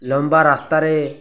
ଲମ୍ବା ରାସ୍ତାରେ